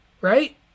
right